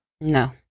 No